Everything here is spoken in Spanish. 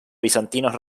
bizantinos